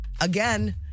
Again